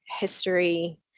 history